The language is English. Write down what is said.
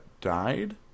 died